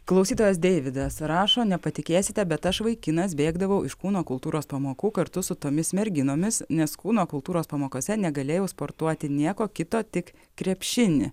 klausytojas deividas rašo nepatikėsite bet aš vaikinas bėgdavau iš kūno kultūros pamokų kartu su tomis merginomis nes kūno kultūros pamokose negalėjau sportuoti nieko kito tik krepšinį